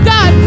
God